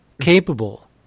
capable